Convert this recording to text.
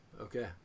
Okay